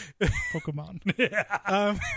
Pokemon